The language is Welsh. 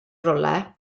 rhywle